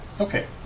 Okay